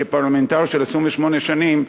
כפרלמנטר 28 שנים,